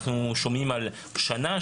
אנחנו שומעים על שנה,